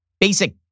basic